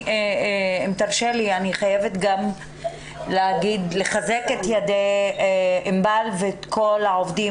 אם תרשה לי אני חייבת גם לחזק את ידי ענבל ואת כל העובדים